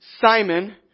Simon